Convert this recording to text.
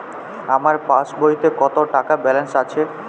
আমার পাসবইতে কত টাকা ব্যালান্স আছে?